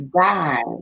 die